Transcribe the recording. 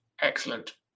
excellent